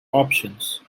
options